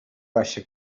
baixa